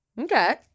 Okay